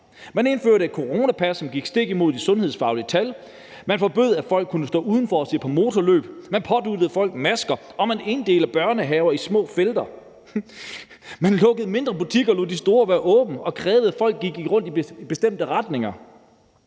Man indførte et coronapas, som gik stik imod de sundhedsfaglige tal. Man forbød, at folk kunne stå udenfor og se på motorløb. Man krævede, at folk bar masker. Man inddelte børnehaver i små felter. Man lukkede mindre butikker og lod de store være åbne og krævede, at folk gik rundt i bestemte retninger.